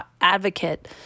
advocate